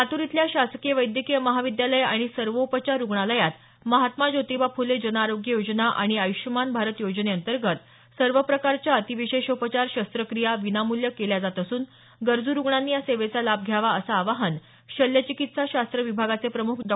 लातूर इथल्या शासकीय वैद्यकीय महाविद्यालय आणि सर्वोपचार रुग्णालयात महात्मा ज्योतिबा फुले जनआरोग्य योजना आणि आयुष्यमान भारत योजनेअंतर्गत सर्व प्रकारच्या अतिविशेषोपचार शस्त्रक्रिया विनामूल्य केल्या जात असून गरजू रूग्णांनी या सेवेचा लाभ घ्यावा असं आवाहन शल्यचिकित्साशास्त्र विभागाचे प्रमुख डॉ